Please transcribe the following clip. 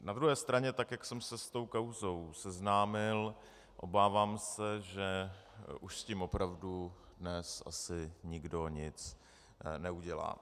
Na druhé straně tak jak jsem se s tou kauzou seznámil, obávám se, že už s tím opravdu dnes asi nikdo nic neudělá.